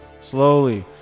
Slowly